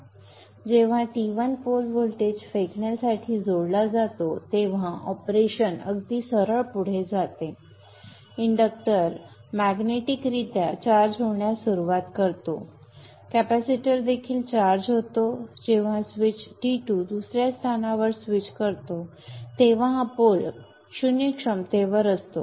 जेव्हा T1 pole voltage throw साठी जोडला जातो तेव्हा ऑपरेशन अगदी सरळ पुढे असते इंडक्टर मॅग्नेटिक रित्या चार्ज होण्यास सुरवात करतो कॅपेसिटर देखील चार्ज होतो जेव्हा स्विच T2 दुसर्या स्थानावर स्विच करतो तेव्हा हा पोल 0 पोटेंशिअल्स असतो